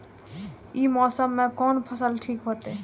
ई मौसम में कोन फसल ठीक होते?